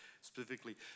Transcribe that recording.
specifically